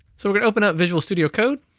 so we're gonna open up visual studio code,